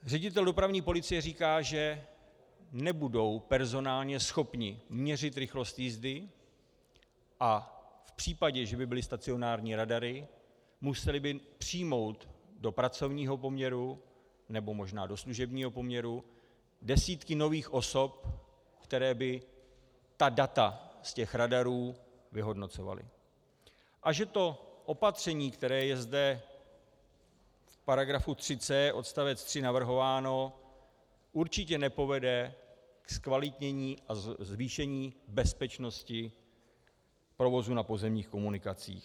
Ředitel dopravní policie říká, že nebudou personálně schopni měřit rychlost jízdy a že by v případě, že by byly stacionární radary, museli přijmout do pracovního poměru, nebo možná do služebního poměru, desítky nových osob, které by ta data z těch radarů vyhodnocovaly, a že to opatření, které je zde v § 3c odst. 3 navrhováno, určitě nepovede ke zkvalitnění a zvýšení bezpečnosti provozu na pozemních komunikacích.